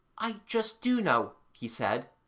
i just do know he said.